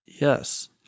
Yes